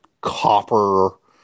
copper